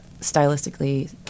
stylistically